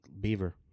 Beaver